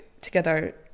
together